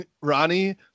Ronnie